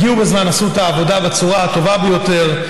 הם הגיעו בזמן ועשו את העבודה בצורה הטובה ביותר.